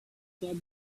stop